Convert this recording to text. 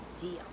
deal